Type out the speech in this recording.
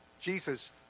Jesus